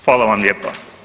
Hvala vam lijepa.